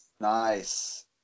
Nice